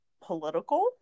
political